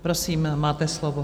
Prosím, máte slovo.